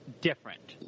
different